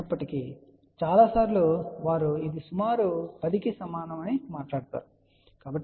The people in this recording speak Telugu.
అయినప్పటికీ చాలా సార్లు వారు ఇది సుమారు 10 కి సమానం అని మాట్లాడుతున్నారు సరే